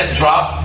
drop